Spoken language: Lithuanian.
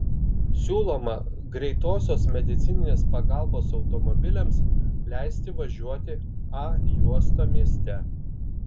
siūloma greitosios medicininės pagalbos automobiliams leisti važiuoti a juosta mieste